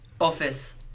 Office